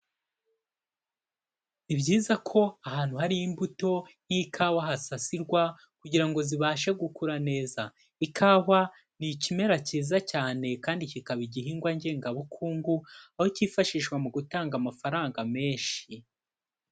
Ni byiza ko ahantu hari imbuto y'ikawa hasasirwa kugira ngo zibashe gukura neza, ikawa ni ikimera cyiza cyane kandi kikaba igihingwa ngengabukungu, aho cyifashishwa mu gutanga amafaranga menshi.